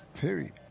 Period